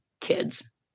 kids